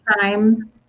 time